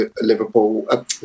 liverpool